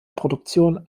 produktion